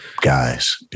Guys